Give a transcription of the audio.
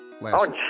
last